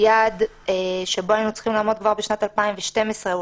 היעד שבו היינו צריכים לעמוד כבר ב-2012 הוא